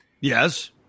Yes